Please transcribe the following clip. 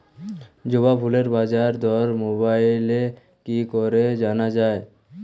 জবা ফুলের বাজার দর মোবাইলে কি করে জানা যায়?